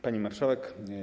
Pani Marszałek!